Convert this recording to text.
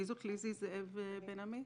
מי זו ליזי זאב בן עמי?